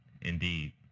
indeed